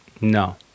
No